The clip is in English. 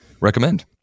recommend